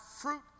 fruit